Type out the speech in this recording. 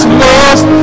lost